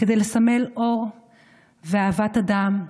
כדי לסמל אור ואהבת אדם,